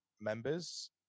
members